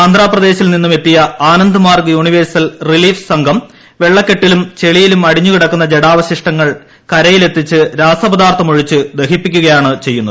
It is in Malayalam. ആന്ധ്രാപ്രദേശിൽ നിന്നും എത്തിയ ആനന്ദ മാർഗ് യൂണിവേഴ്സൽ റിലീഫ് സംഘം വെള്ളക്കെട്ടിലും ചെളിയിലും അടിഞ്ഞു കിടക്കുന്ന ജഡാവിശ്ഷടങ്ങൾ കരയിലെത്തിച്ച് ഒഴിച്ച് ദഹിപ്പിക്കുകയാണ് ചെയ്യുന്നത്